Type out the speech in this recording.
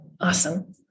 Awesome